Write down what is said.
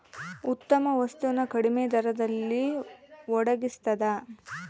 ಉತ್ತಮ ವಸ್ತು ನ ಕಡಿಮೆ ದರದಲ್ಲಿ ಒಡಗಿಸ್ತಾದ